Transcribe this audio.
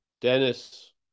dennis